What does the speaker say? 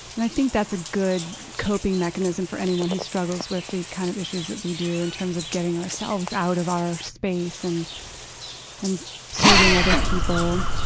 and i think that's a good coping mechanism for anyone who struggles with the kinds kind of issues that we do, in terms of getting ourselves out of our space and and serving other people.